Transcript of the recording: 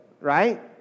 right